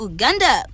Uganda